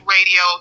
Radio